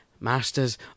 Masters